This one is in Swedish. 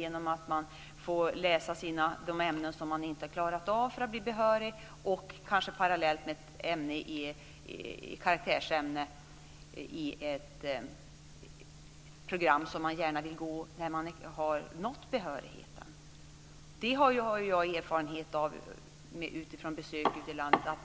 De får t.ex. läsa de ämnen som de inte har klarat av för att bli behöriga; detta kanske parallellt med ett karaktärsämne på ett program som man gärna vill gå när man nått fram till behörighet. Utifrån mina besök ute i landet har jag erfarenhet av